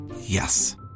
Yes